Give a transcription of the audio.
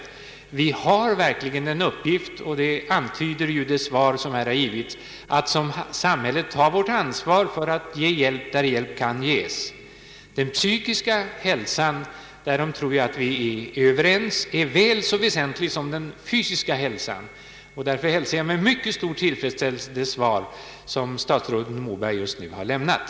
Samhället har här verkligen en uppgift — och det antyder ju det svar som nu lämnats — att ta ansvar och ge hjälp där hjälp kan ges. Den psykiska hälsan — därom tror jag att vi är överens — är väl så vä sentlig som den fysiska hälsan, och därför hälsar jag med mycket stor till fredsställelse det svar som statsrådet Moberg just nu har lämnat.